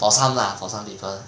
for some lah for some people